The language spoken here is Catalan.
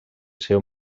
seu